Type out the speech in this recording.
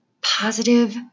Positive